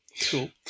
cool